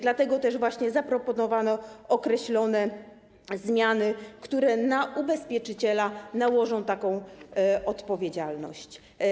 Dlatego też właśnie zaproponowano określone zmiany, które na ubezpieczyciela nałożą taką odpowiedzialność.